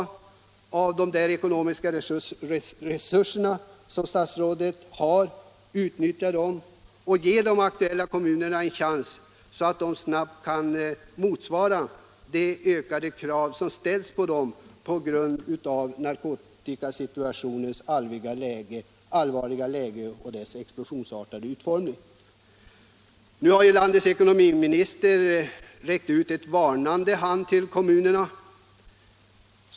Ta av de ekonomiska resurser som statsrådet har, utnyttja dem och ge de aktuella kommunerna en chans att snabbt kunna motsvara de ökade krav som ställs på dem på grund av narkotikasituationens allvar och dess explosionsartade utveckling. Landets ekonomiminister har nu räckt ut en varnande hand till kommunerna.